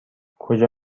کجا